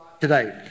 today